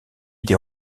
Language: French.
des